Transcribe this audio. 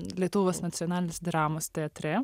lietuvos nacionalinis dramos teatre